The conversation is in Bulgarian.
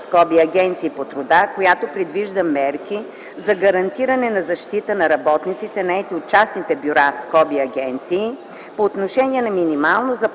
бюра (агенции) по труда, която предвижда мерки за гарантиране на защита за работниците, наети от частните бюра (агенции) по отношение на минимално заплащане,